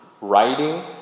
writing